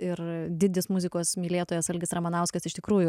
ir didis muzikos mylėtojas algis ramanauskas iš tikrųjų